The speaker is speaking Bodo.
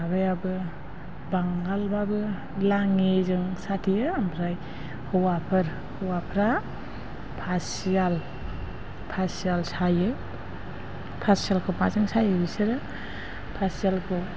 माबायाबो बांगालबाबो लाङिजों साथेयो ओमफ्राय हौवाफोरो फासियाल सायो फासियालखौ माजों सायो बिसोरो फासियालखौ